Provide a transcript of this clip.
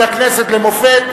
נמנעים.